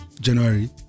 January